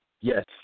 Yes